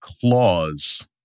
claws